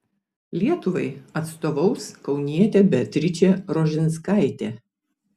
lietuvai atstovaus kaunietė beatričė rožinskaitė